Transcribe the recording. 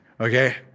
okay